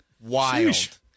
Wild